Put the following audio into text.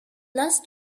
last